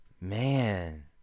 Man